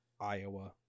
Iowa